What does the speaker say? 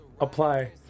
apply